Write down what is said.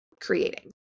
creating